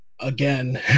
again